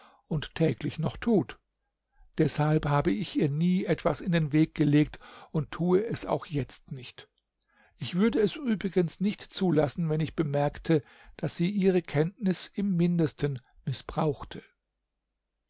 und täglich noch tut deshalb habe ich ihr nie etwas in den weg gelegt und tue es auch jetzt nicht ich würde es übrigens nicht zulassen wenn ich bemerkte daß sie ihre kenntnis im mindesten mißbrauchte